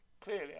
clearly